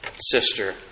sister